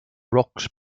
rocks